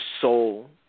soul